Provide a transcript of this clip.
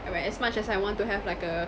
but as much as I want to have like a